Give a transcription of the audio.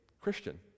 Christian